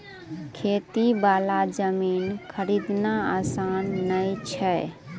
खेती वाला जमीन खरीदना आसान नय छै